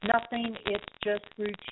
nothing-it's-just-routine